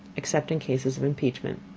except in cases of impeachment.